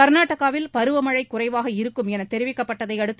கர்நாடகாவில் பருவமழை குறைவாக இருக்கும் என தெரிவிக்கப்பட்டதை அடுத்து